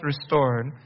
restored